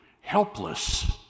helpless